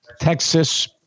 Texas